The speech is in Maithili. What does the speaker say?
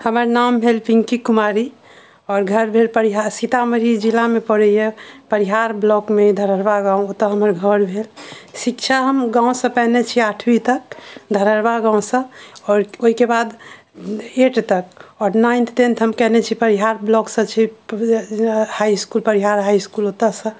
हमर नाम भेल पिंकी कुमारी आओर घर भेल सीतामढ़ी जिलामे पड़ैए परिहार ब्लॉकमे धरहरबा गाँव ओतऽ हमर घर भेल शिक्षा हम गाँव सऽ कयने छी आठवीं तक धरहरबा गाँव सऽ आओर ओहिके बाद एट तक आओर नाइन्थ टेंथ हम कयने छी परिहार ब्लॉक सऽ छै हाई इसकुल परिहार इसकुल ओतऽ सऽ